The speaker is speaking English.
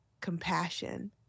compassion